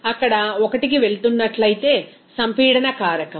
అక్కడ 1కి వెళుతున్నట్లయితే సంపీడన కారకం